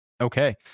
Okay